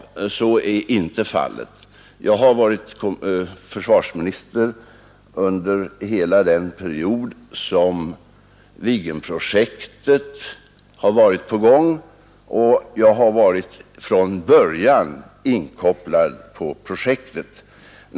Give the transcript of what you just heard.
Så är inte fallet. Jag har varit försvarsminister under hela den period som Viggenprojektet varit på gång, och jag har från början varit inkopplad på projektet.